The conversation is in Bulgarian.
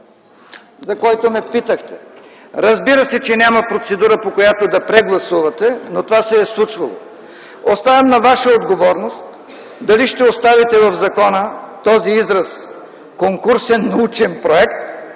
за който ме питахте. Разбира се, че няма процедура, по която да прегласувате, но това се е случвало. Оставям на ваша отговорност дали ще оставите в закона този израз „конкурсен научен проект”